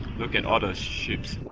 look at all those ships